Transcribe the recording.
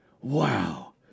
Wow